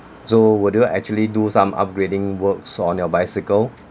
so would you actually do some upgrading works on your bicycle